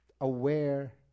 aware